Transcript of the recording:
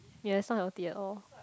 ya it's not healthy at all